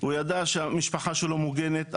הוא ידע שהמשפחה שלו מוגנת,